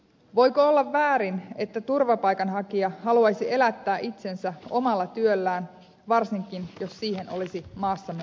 voiko olla väärin että turvapaikanhakija haluaisi elättää itsensä omalla työllään varsinkin jos siihen olisi maassamme mahdollisuus